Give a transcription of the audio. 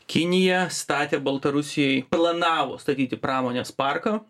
kinija statė baltarusijoj planavo statyti pramonės parką